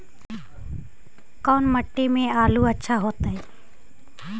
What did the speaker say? कोन मट्टी में आलु अच्छा होतै?